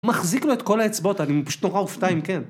מחזיק לו את כל האצבעות, אני פשוט נורא אופתע אם כן.